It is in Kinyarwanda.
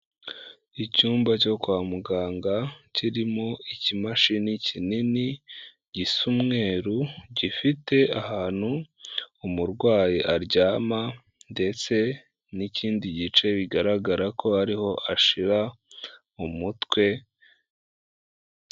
Icyumba cyo kwa muganga kirimo ikimashini kinini gisa umweru, gifite ahantu umurwayi aryama, ndetse n'ikindi gice bigaragara ko ariho ashira umutwe.